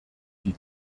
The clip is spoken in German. die